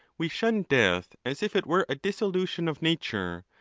we shun death as if it were a dissolution of nature,